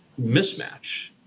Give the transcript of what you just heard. mismatch